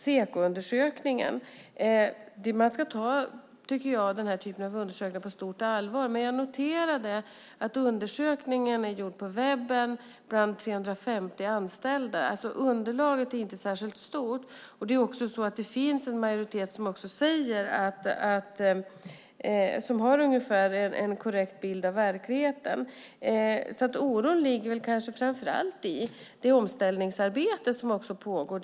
Sekoundersökningen ska man naturligtvis ta på stort allvar, men jag noterade att den är gjord på webben bland 350 anställda. Underlaget är alltså inte särskilt stort. Det finns också en majoritet som har en korrekt bild av verkligheten. Oron bottnar kanske främst i det omställningsarbete som pågår.